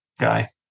guy